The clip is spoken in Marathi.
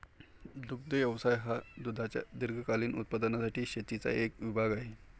दुग्ध व्यवसाय हा दुधाच्या दीर्घकालीन उत्पादनासाठी शेतीचा एक विभाग आहे